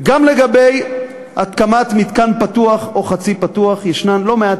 גם לגבי הקמת מתקן פתוח או חצי פתוח ישנן לא מעט